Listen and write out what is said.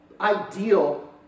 ideal